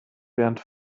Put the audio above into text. bernd